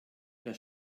das